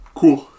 Cool